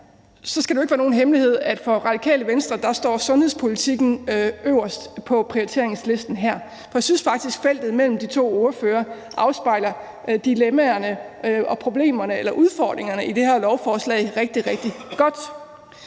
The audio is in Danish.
er, skal det jo ikke være nogen hemmelighed, at for Radikale Venstre står sundhedspolitikken øverst på prioriteringslisten her, og jeg synes faktisk, at feltet mellem de to ordførere afspejler dilemmaerne og problemerne eller udfordringerne i det her lovforslag rigtig, rigtig godt.